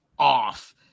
off